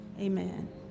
Amen